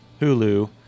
Hulu